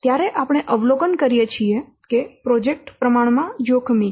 ત્યારે આપણે અવલોકન કરીએ છીએ કે પ્રોજેક્ટ પ્રમાણમાં જોખમી છે